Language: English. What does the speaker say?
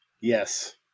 Yes